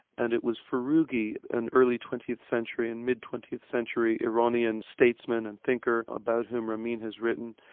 and it was furughi, an early twentieth century, and mid twentieth century iranian statesman and thinker, about whom rabin has written.